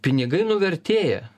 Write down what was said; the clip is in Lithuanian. pinigai nuvertėja